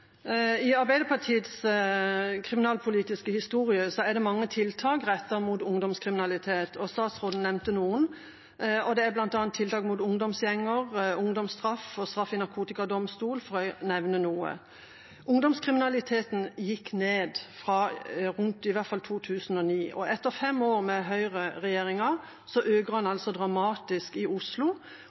I Arbeiderpartiets kriminalpolitiske historie er det mange tiltak rettet mot ungdomskriminalitet, og statsråden nevnte noen. Det er bl.a. tiltak mot ungdomsgjenger, ungdomsstraff og straff i narkotikadomstol – for å nevne noe. Ungdomskriminaliteten gikk ned, i hvert fall fra rundt 2009. Etter fem år med høyreregjering øker den dramatisk i Oslo.